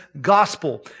gospel